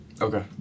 Okay